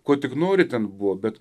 ko tik nori ten buvo bet